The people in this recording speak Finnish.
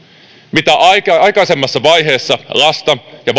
mitä aikaisemmassa vaiheessa lasta ja